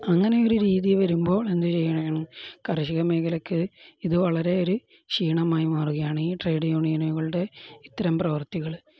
അങ്ങനെ ഒരു രീതി വരുമ്പോൾ എന്ത് ചെയ്യണതാണ് കാർഷിക മേഖലക്ക് ഇത് വളരെ ഒരു ക്ഷീണമായി മാറുകയാണ് ഈ ട്രേഡ് യൂണിയനുകളുടെ ഇത്തരം പ്രവർത്തികൾ